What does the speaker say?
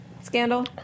scandal